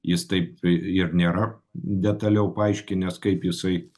jis taip ir nėra detaliau paaiškinęs kaip jisai